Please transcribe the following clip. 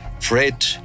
Fred